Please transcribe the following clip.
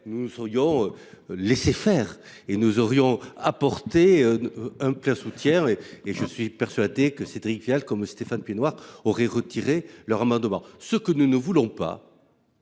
nous nous serions laissé faire, nous aurions apporté un plein soutien à cette proposition et je suis persuadé que Cédric Vial et Stéphane Piednoir auraient retiré leurs amendements. Ce que nous ne voulons pas,